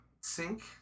sync